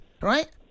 right